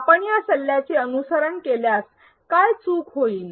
आपण या सल्ल्याचे अनुसरण केल्यास काय चूक होईल